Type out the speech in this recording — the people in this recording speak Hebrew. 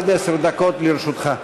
עד עשר דקות לרשותך.